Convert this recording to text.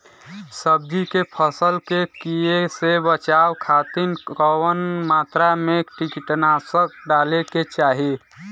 सब्जी के फसल के कियेसे बचाव खातिन कवन मात्रा में कीटनाशक डाले के चाही?